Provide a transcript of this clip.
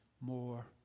more